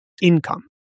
income